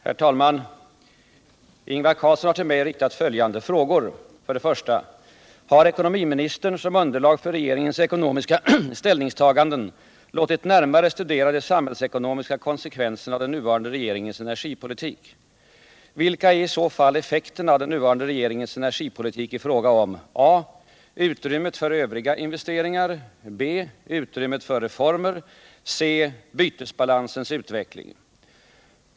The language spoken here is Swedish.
Herr talman! Ingvar Carlsson har till mig riktat följande frågor: 1. Har ekonomiministern, som underlag för regeringens ekonomiska ställningstaganden, låtit närmare studera de samhällsekonomiska konsekvenserna av den nuvarande regeringens energipolitik? Vilka är i så fall effekterna av den nuvarande regeringens energipolitik i fråga om a) utrymmet för övriga investeringar? b) utrymmet för reformer? 2.